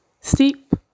Steep